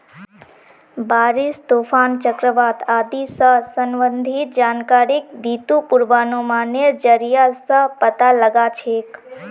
बारिश, तूफान, चक्रवात आदि स संबंधित जानकारिक बितु पूर्वानुमानेर जरिया स पता लगा छेक